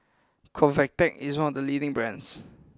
Convatec is one of the leading brands